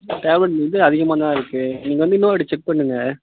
tablet இது அதிகமாக தான் இருக்குது நீங்கள் வந்து இன்னொருவாட்டி செக் பண்ணுங்கள்